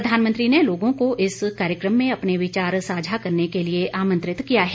प्रधानमंत्री ने लोगों को इस कार्यक्रम में अपने विचार साझा करने के लिए आमंत्रित किया है